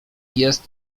jest